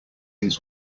his